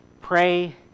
pray